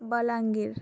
Balangir